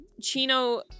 Chino